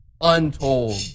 untold